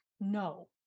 no